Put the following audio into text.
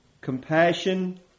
compassion